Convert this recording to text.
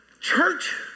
church